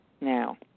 now